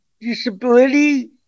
Disability